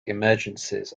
emergencies